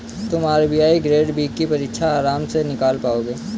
तुम RBI grade B की परीक्षा आराम से निकाल पाओगे